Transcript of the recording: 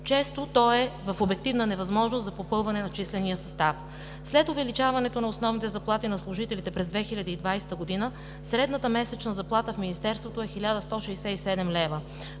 често то е в обективна невъзможност за попълване на числения състав. След увеличаването на основните заплати на служителите през 2020 г. средната месечна заплата в Министерството е 1167 лв.